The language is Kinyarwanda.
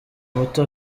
muto